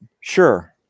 Sure